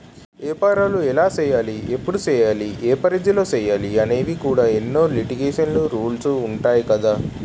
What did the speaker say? ఏపారాలు ఎలా సెయ్యాలి? ఎప్పుడు సెయ్యాలి? ఏ పరిధిలో సెయ్యాలి అనేవి కూడా ఎన్నో లిటికేషన్స్, రూల్సు ఉంటాయి కదా